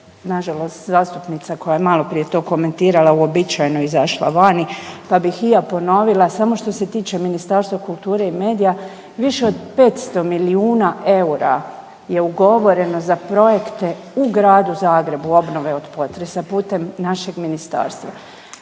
nažalost zastupnica koja je maloprije to komentirala uobičajeno izašla vani, pa bih i ja ponovila samo što se tiče Ministarstva kulture i medija, više od 500 milijuna eura je ugovoreno za projekte u Gradu Zagrebu obnove od potresa putem našeg ministarstva.